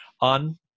on